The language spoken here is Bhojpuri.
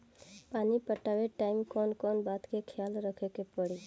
पानी पटावे टाइम कौन कौन बात के ख्याल रखे के पड़ी?